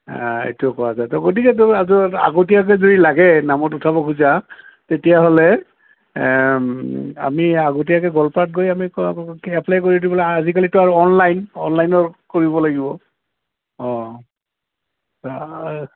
এইটো কোৱা যায় তো গতিকে আগতীয়াকৈ যদি লাগে নামত উঠাব খুজা তেতিয়াহ'লে আমি আগতীয়াকৈ গৰপাট গৈ আমি কৰাব কি এপ্লাই কৰি দিব ল আজিকালিতো আৰু অনলাইন অনলাইনত কৰিব লাগিব অঁ